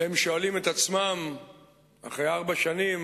הם שואלים את עצמם אחרי ארבע שנים,